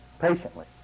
patiently